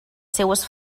seues